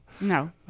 no